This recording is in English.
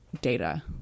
data